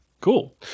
Cool